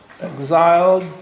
exiled